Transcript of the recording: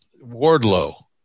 Wardlow